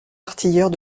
artilleurs